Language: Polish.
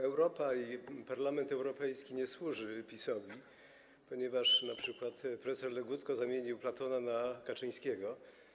Europa i Parlament Europejski nie służą PiS-owi, ponieważ na przykład prof. Legutko zamienił Platona na Kaczyńskiego.